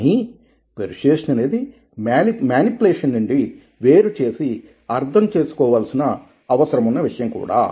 కానీ పెర్సుయేసన్ అనేది మేనిప్యులేషన్ నుండి వేరు చేసి అర్థం చేసుకోవాల్సిన అవసరమున్న విషయం కూడా